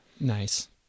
Nice